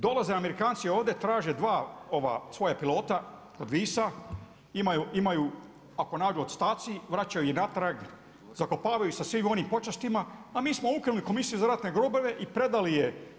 Dolaze Amerikanci ovdje, traže 2 svoja pilota od Visa, imaju, ako nađu ostaci, vraćaju ih natrag, zakopavaju sa svim onim počastima, a mi smo ukrali komisiju za ratne grobove i predali je.